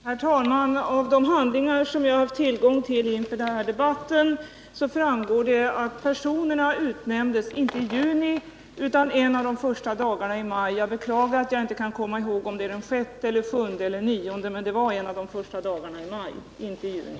Herr talman! Av de handlingar som jag har haft tillgång till inför den här debatten framgår att personerna utnämndes inte i juni utan en av de första dagarna i maj. Jag beklagar att jag inte kan komma ihåg om det var den 6, den 7 eller den 9. Det var i alla fall en av de första dagarna i maj, inte i juni.